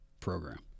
program